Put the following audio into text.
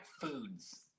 foods